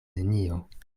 nenio